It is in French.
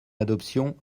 adoption